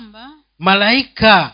Malaika